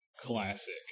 classic